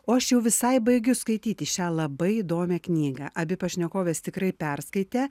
o aš jau visai baigiu skaityti šią labai įdomią knygą abi pašnekovės tikrai perskaitė